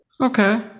Okay